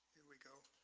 here we go.